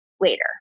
later